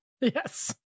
Yes